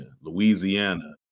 Louisiana